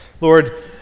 Lord